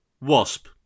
Wasp